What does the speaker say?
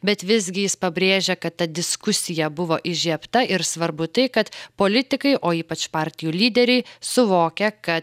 bet visgi jis pabrėžia kad ta diskusija buvo įžiebta ir svarbu tai kad politikai o ypač partijų lyderiai suvokia kad